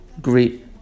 great